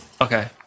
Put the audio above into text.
Okay